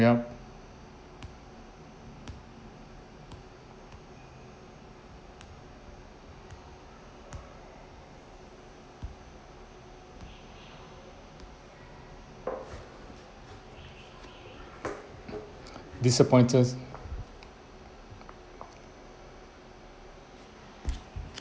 yup disappointed